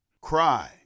Cry